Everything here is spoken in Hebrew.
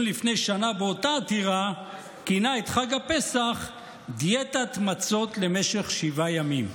לפני שנה באותה עתירה כינה את חג הפסח "דיאטת מצות למשך שבעה ימים".